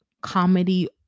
comedy